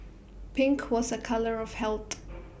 pink was A colour of health